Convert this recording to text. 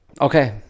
Okay